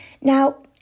Now